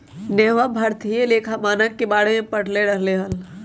नेहवा भारतीय लेखा मानक के बारे में पढ़ रहले हल